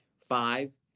five